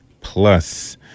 Plus